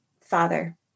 Father